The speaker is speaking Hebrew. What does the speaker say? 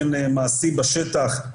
היא רוח פנטסטית,